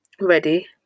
ready